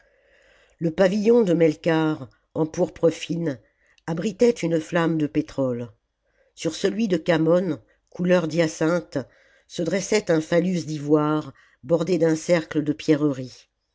le pavillon de melkarth en pourpre fine abritait une flamme de pétrole sur celui de khamon couleur d'hyacinthe se dressait un phallus d'ivoire bordé d'un cercle de pierreries